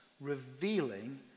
revealing